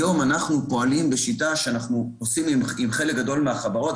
היום אנחנו פועלים בשיטה שאנחנו עושים עם חלק גדול מהחברות.